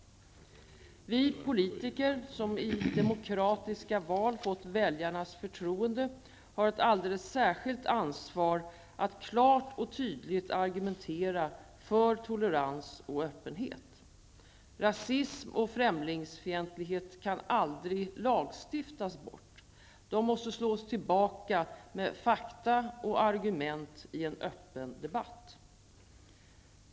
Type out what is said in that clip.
Vi politiker, som i demokratiska val fått väljarnas förtroende, har ett alldeles särskilt ansvar att klart och tydligt argumentera för tolerans och öppenhet. Rasism och främlingsfientlighet kan aldrig lagstiftas bort. De måste slås tillbaka med fakta och argument i en öppen debatt.